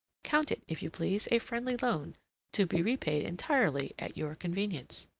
count it, if you please, a friendly loan to be repaid entirely at your convenience.